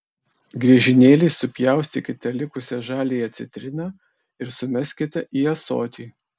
griežinėliais supjaustykite likusią žaliąją citriną ir sumeskite į ąsotį